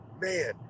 man